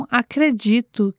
acredito